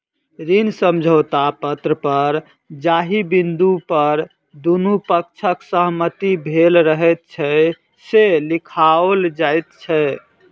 ऋण समझौता पत्र पर जाहि बिन्दु पर दुनू पक्षक सहमति भेल रहैत छै, से लिखाओल जाइत छै